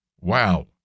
wow